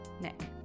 Nick